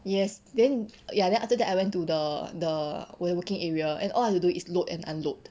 yes then ya then after that I went to the the 我的 working area and all I have to do is load and unload